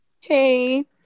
Hey